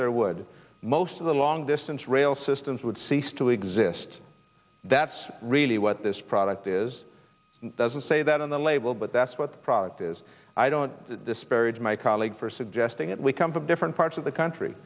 there would most of the long distance rail systems would cease to exist that's really what this product is doesn't say that on the label but that's what the product is i don't disparage my colleague for suggesting that we come from different parts of the